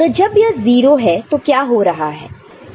तो जब यह 0 है तब क्या हो रहा है